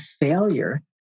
failure